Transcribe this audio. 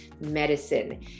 Medicine